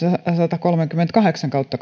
satakolmekymmentäkahdeksan kautta